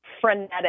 frenetic